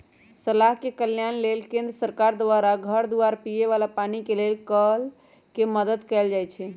मलाह के कल्याण लेल केंद्र सरकार द्वारा घर दुआर, पिए बला पानी के लेल कल के मदद कएल जाइ छइ